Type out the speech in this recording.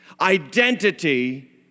Identity